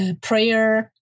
prayer